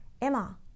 Emma